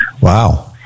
Wow